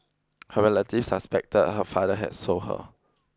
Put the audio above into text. her relatives suspected her father had sold her